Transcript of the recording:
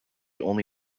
only